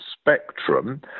spectrum